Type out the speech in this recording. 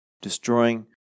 destroying